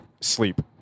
sleep